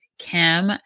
Kim